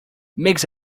makes